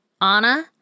Anna